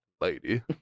lady